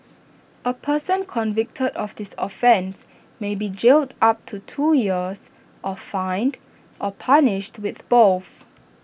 A person convicted of this offence may be jailed up to two years or fined or punished with both